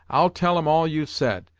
i'll tell em all you've said,